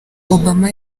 obama